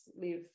live